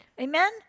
Amen